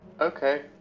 Okay